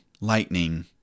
lightning